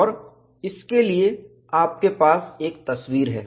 और इसके लिए आपके पास एक तस्वीर है